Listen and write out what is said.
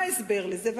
מה ההסבר לזה?